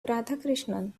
radhakrishnan